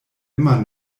immer